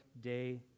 day